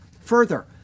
Further